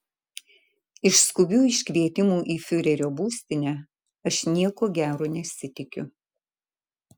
iš skubių iškvietimų į fiurerio būstinę aš nieko gero nesitikiu